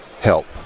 help